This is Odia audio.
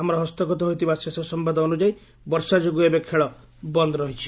ଆମର ହସ୍ତଗତ ହୋଇଥିବା ଶେଷ ସମ୍ବାଦ ଅନୁଯାୟୀ ବର୍ଷା ଯୋଗୁଁ ଏବେ ଖେଳ ବନ୍ଦ ରହିଛି